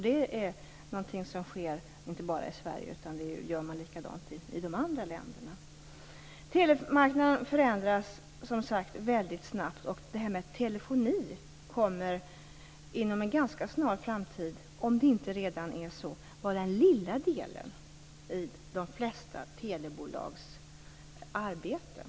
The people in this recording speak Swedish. Det sker inte bara i Sverige, utan man gör likadant i de andra länderna. Telemarknaden förändras, som sagt, väldigt snabbt. Det här med telefoni kommer inom en ganska snar framtid, om det inte redan är så, att vara den lilla delen i de flesta telebolags arbete.